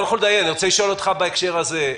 רון חולדאי, אני רוצה לשאול אותך בהקשר הזה: